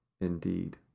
indeed